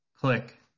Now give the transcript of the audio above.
click